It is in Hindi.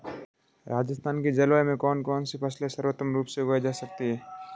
राजस्थान की जलवायु में कौन कौनसी फसलें सर्वोत्तम रूप से उगाई जा सकती हैं?